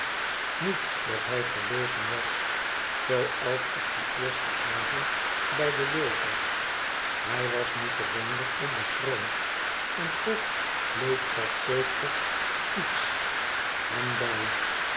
niet dat hij verlegen was zooals op dien eersten avond bij de wilfers hij was nu gewoonlijk onbeschroomd en toch bleef dat zeker iets hem bij